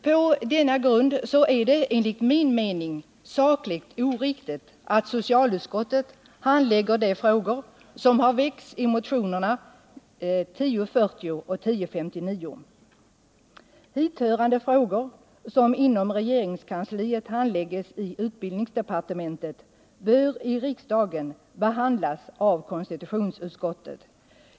På denna grund är det enligt min mening sakligt oriktigt att socialutskottet handlägger de frågor som har väckts i motionerna 1040 och 1059. Hithörande frågor, som inom regeringskansliet handläggs i utbildningsdepartementet, bör i riksdagen behandlas av konstitutionsutskottet.